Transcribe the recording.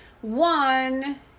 One